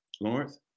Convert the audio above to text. Lawrence